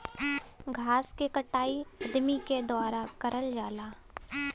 घास के कटाई अदमी के द्वारा करल जाला